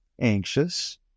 anxious